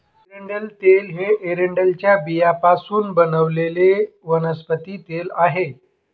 एरंडेल तेल हे एरंडेलच्या बियांपासून बनवलेले वनस्पती तेल आहे